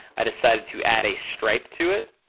i decided to add a stripe to it,